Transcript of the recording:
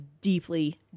deeply